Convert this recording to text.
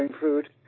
food